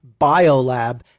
biolab